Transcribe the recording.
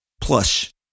plus